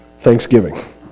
Thanksgiving